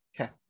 okay